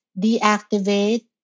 deactivate